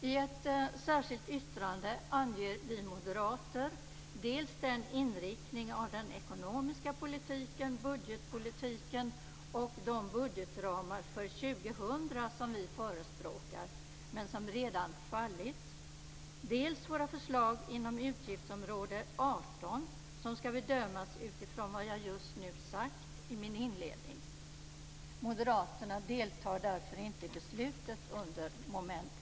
I ett särskilt yttrande anger vi moderater dels den inriktning av den ekonomiska politiken, budgetpolitiken och de budgetramar för 2000 som vi förespråkar men som redan fallit, dels våra förslag inom utgiftsområde 18, som ska bedömas utifrån vad jag just nu sagt i min inledning. Moderaterna deltar därför inte i beslutet under mom. 1.